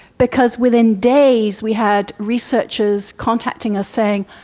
because within days we had researchers contacting us saying,